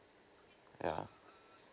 yeah